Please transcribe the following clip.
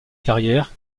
carrière